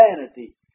vanity